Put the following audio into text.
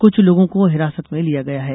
कुछ लोगों को हिरासत में भी लिया गया है